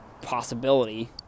possibility